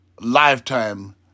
lifetime